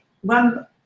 one